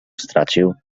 stracił